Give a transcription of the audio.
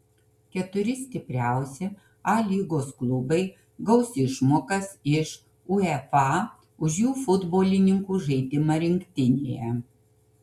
keturi stipriausi a lygos klubai gaus išmokas iš uefa už jų futbolininkų žaidimą rinktinėje